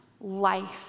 life